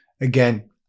again